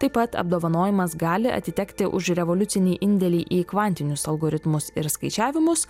taip pat apdovanojimas gali atitekti už revoliucinį indėlį į kvantinius algoritmus ir skaičiavimus